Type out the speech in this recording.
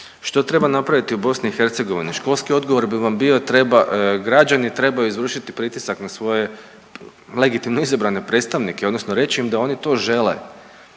Što treba napraviti u BiH? Školski odgovor bi vam bio treba, građani trebaju izvršiti pritisak na svoje legitimno izabrane predstavnike, odnosno reći im da oni to žele